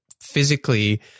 physically